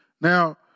Now